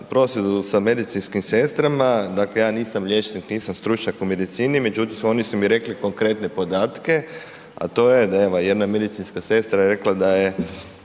prosvjedu sa medicinskim sestrama, dakle ja nisam liječnik, nisam stručnjak u medicini, međutim oni su mi rekli konkretne podatke, a to je da evo jedna medicinska sestra je rekla da je